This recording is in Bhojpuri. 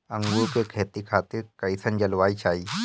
अंगूर के खेती खातिर कइसन जलवायु चाही?